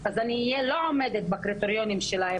אז אני יהיה לא עומדת בקריטריונים שלהם,